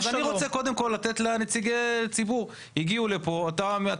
אז אני רוצה קודם כל לתת לנציגי הציבור שהגיעו לפה לדבר.